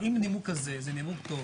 עם נימוק כזה, זה נימוק טוב,